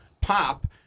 pop